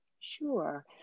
Sure